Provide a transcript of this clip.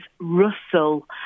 Russell